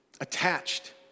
attached